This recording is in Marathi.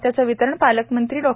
त्याचे वितरण पालकमंत्री डॉ